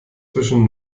zwischen